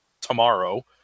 tomorrow